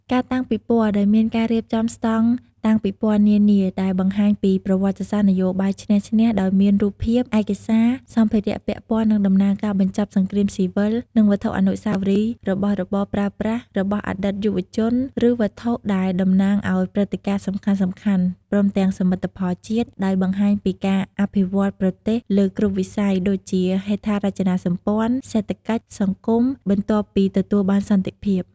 ការតាំងពិព័រណ៍ ដោយមានការរៀបចំស្ដង់តាំងពិព័រណ៍នានា ដែលបង្ហាញពី ប្រវត្តិសាស្ត្រនយោបាយឈ្នះ-ឈ្នះ ដោយមានរូបភាព ឯកសារ សម្ភារៈពាក់ព័ន្ធនឹងដំណើរការបញ្ចប់សង្គ្រាមស៊ីវិល និងវត្ថុអនុស្សាវរីយ៍ របស់របរប្រើប្រាស់របស់អតីតយុទ្ធជន ឬវត្ថុដែល តំណាងឱ្យព្រឹត្តិការណ៍សំខាន់ៗ ព្រមទាំងសមិទ្ធផលជាតិ ដោយបង្ហាញពីការអភិវឌ្ឍន៍ប្រទេសលើគ្រប់វិស័យដូចជាហេដ្ឋារចនាសម្ព័ន្ធ សេដ្ឋកិច្ច សង្គម បន្ទាប់ពីទទួលបានសន្តិភាព។